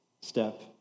step